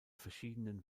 verschiedenen